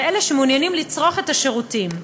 ואלה שמעוניינים לצרוך את השירותים.